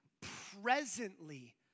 presently